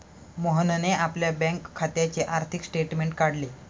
मोहनने आपल्या बँक खात्याचे आर्थिक स्टेटमेंट काढले